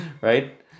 right